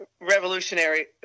revolutionary